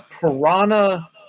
piranha